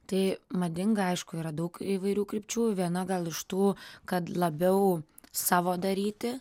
tai madinga aišku yra daug įvairių krypčių viena gal iš tų kad labiau savo daryti